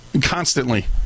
constantly